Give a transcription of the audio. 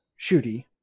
Shooty